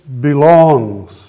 belongs